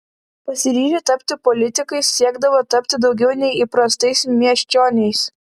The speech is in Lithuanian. pasiryžę tapti politikais siekdavo tapti daugiau nei įprastais miesčioniais